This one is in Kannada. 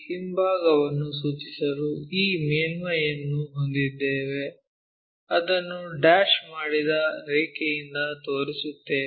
ಹಿಂಭಾಗವನ್ನು ಸೂಚಿಸಲು ಈ ಮೇಲ್ಮೈಯನ್ನು ಹೊಂದಿದ್ದೇವೆ ಅದನ್ನು ಡ್ಯಾಶ್ ಮಾಡಿದ ರೇಖೆಯಿಂದ ತೋರಿಸುತ್ತೇವೆ